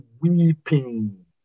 weeping